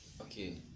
Okay